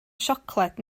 siocled